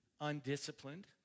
undisciplined